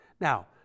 Now